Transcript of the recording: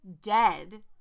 Dead